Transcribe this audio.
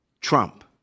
Trump